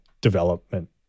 development